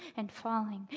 and falling,